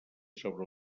sobre